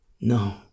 no